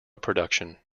production